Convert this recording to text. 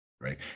right